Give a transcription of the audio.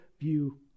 view